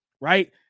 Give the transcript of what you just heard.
right